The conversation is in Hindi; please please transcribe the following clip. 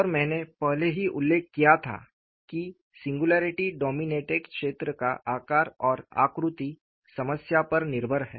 और मैंने पहले ही उल्लेख किया था कि सिंगुलरिटी डोमिनेटेड क्षेत्र का आकार और आकृति समस्या पर निर्भर है